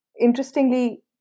interestingly